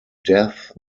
death